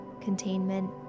containment